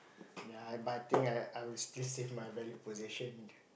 ya eh but I think I I would just save my valued possession